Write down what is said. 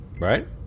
Right